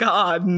God